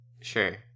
Sure